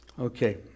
Okay